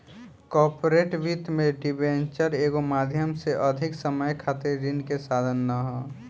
corporate वित्त में debenture एगो माध्यम से अधिक समय खातिर ऋण के साधन ह